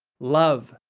love.